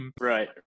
right